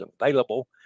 available